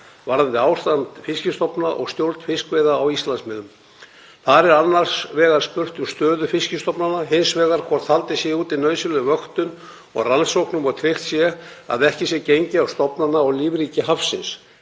varðandi ástand fiskistofna og stjórn fiskveiða á Íslandsmiðum. Þar er annars vegar spurt um stöðu fiskistofnanna, hins vegar hvort haldið sé úti nauðsynlegri vöktun og rannsóknum og að tryggt sé að ekki sé gengið á stofnana og lífríki hafsins.